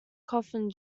coffin